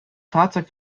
fahrzeug